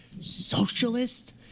Socialist